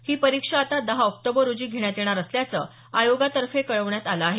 ही परीक्षा आता दहा ऑक्टोबर रोजी घेण्यात येणार असल्याचं आयोगातर्फे कळवण्यात आलं आहे